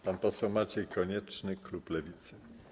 Pan poseł Maciej Konieczny, klub Lewicy.